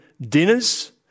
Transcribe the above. dinners